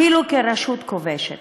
אפילו כרשות כובשת.